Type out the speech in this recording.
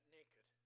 naked